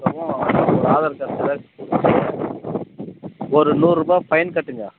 போட்டோவும் ஒரு Aadhaar card xerox ஒரு நூறுரூவா ஃபைன் கட்டுங்கள்